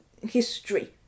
history